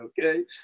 okay